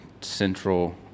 central